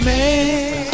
Man